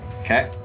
Okay